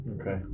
Okay